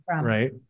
right